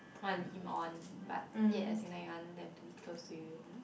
want to lead him on but yet as in like you want them to be close to you